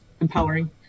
empowering